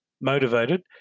motivated